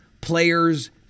players